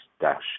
dash